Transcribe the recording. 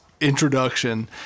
introduction